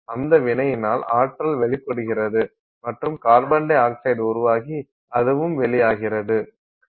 அந்த வினையினால் ஆற்றல் வெளியிடப்படுகிறது மற்றும் கார்பன் டை ஆக்சைடு உருவாகி அதுவும் வெளியாகிறது